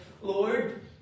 Lord